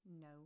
no